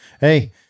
hey